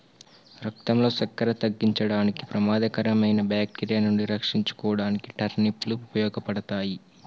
రక్తంలో సక్కెర తగ్గించడానికి, ప్రమాదకరమైన బాక్టీరియా నుండి రక్షించుకోడానికి టర్నిప్ లు ఉపయోగపడతాయి